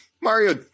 Mario